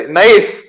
nice